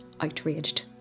outraged